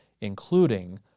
including